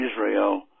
Israel